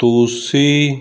ਤੁਸੀਂ